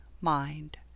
mind